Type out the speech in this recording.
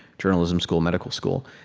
journalism school, medical school,